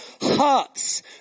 hearts